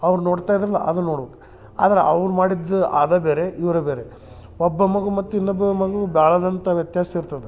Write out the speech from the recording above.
ಅವ್ರು ನೋಡ್ತಾ ಇದ್ದಾರಲ್ಲ ಅದನ್ನ ನೋಡ್ಬಕು ಆದ್ರೆ ಅವ್ರು ಮಾಡಿದ್ದ ಅದ ಬೇರೆ ಇವರೇ ಬೇರೆ ಒಬ್ಬ ಮಗು ಮತ್ತು ಇನ್ನೊಬ್ಬ ಮಗು ಭಾಳ ಆದಂಥ ವ್ಯತ್ಯಾಸ ಇರ್ತದೆ